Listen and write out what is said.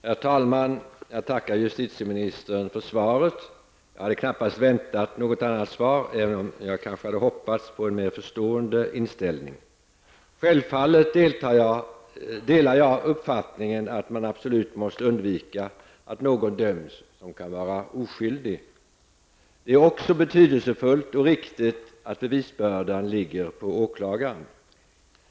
Herr talman! Jag tackar justitieministern för svaret. Jag hade knappast väntat något annat svar även om jag hoppats på en mer förstående inställning. Jag delar självfallet uppfattningen att man absolut måste undvika att någon som kan vara oskyldig döms. Det är också betydelsefullt och riktigt att bevisbördan ligger på åklagaren.